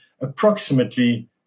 approximately